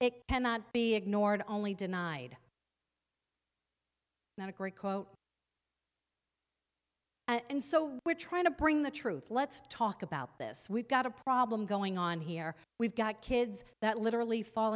it cannot be ignored only denied that a great quote and so we're trying to bring the truth let's talk about this we've got a problem going on here we've got kids that literally fall